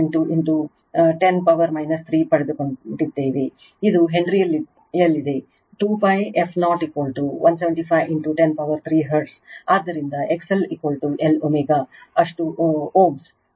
58 10 power 3 ಪಡೆದುಕೊಂಡಿದ್ದೇವೆ ಇದು ಹೆನ್ರಿಯಲ್ಲಿದೆ 2π f0 175 10 ಪವರ್ 3 ಹೆರ್ಟ್ಜ್ ಆದ್ದರಿಂದ XL Lω ಅಷ್ಟು Ω